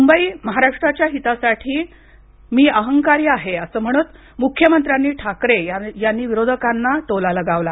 मुंबई आणि महाराष्ट्राच्या हितासाठी मी अहंकारी आहे असं म्हणत मुख्यमंत्री ठाकरे यांनी विरोधकांना टोला लगावला